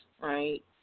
right